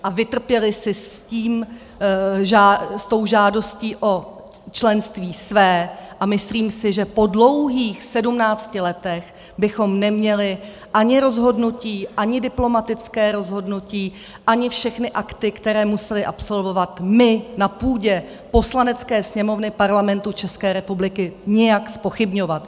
A vytrpěli si s tou žádostí o členství své a myslím si, že po dlouhých 17 letech bychom neměli ani rozhodnutí, ani diplomatické rozhodnutí, ani všechny akty, které museli absolvovat, my na půdě Poslanecké sněmovny Parlamentu České republiky nijak zpochybňovat.